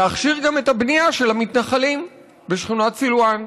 להכשיר גם את הבנייה של המתנחלים בשכונת סילוואן.